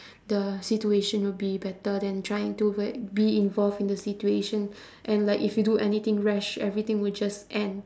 the situation will be better than trying to like be involved in the situation and like if you do anything rash everything will just end